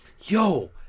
Yo